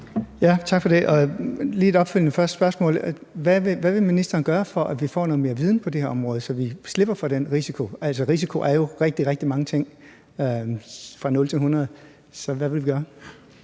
spørgsmål: Hvad vil ministeren gøre, for at vi får noget mere viden på det her område, så vi slipper for den risiko? Altså, risiko er jo rigtig, rigtig mange ting, fra 0 til 100. Så hvad vil man gøre?